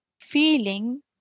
feeling